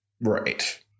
right